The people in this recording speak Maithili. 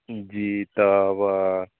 जी तऽ बऽ